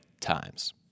times